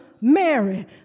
Mary